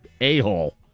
a-hole